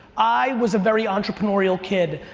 i was a very entrepreneurial kid.